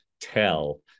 tell